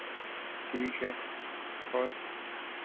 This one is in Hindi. ठीक है और